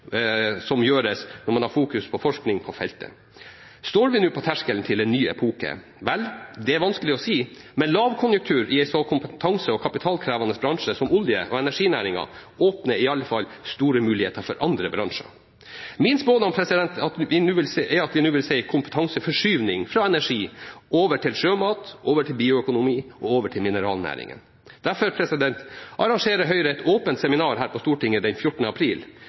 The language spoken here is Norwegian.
som gjøres, der man har fokus på forskning på feltet. Står vi nå på terskelen til en ny epoke? Vel, det er vanskelig å si, men lavkonjunktur i en så kompetanse- og kapitalkrevende bransje som olje- og energinæringen åpner i alle fall store muligheter for andre bransjer. Min spådom er at vi nå vil se en kompetanseforskyvning fra energi over til sjømat, over til bioøkonomi og over til mineralnæringene. Derfor arrangerer Høyre et åpent seminar her på Stortinget den 14. april.